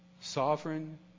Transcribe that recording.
sovereign